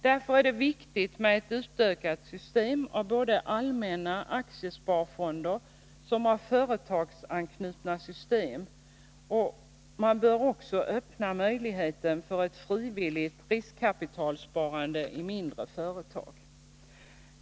Därför är det viktigt med en utökning av såväl allmänna aktiesparfonder som företagsanknutna system, och man bör också öppna möjligheten för ett frivilligt riskkapitalsparande i mindre företag.